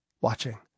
watching